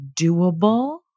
doable